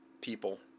people